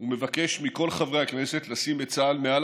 ומבקש מכל חברי הכנסת לשים את צה"ל מעל